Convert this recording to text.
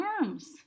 arms